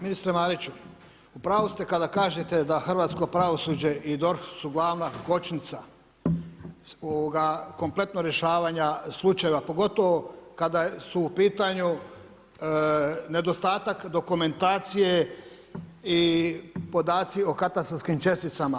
Ministre Mariću, upravu ste kada kažete da hrvatsko pravosuđe i DORH su glavna kočnica kompletnog rješavanja slučajeva, pogotovo kada su u pitanju nedostatak dokumentacije i podaci o katastarskim česticama.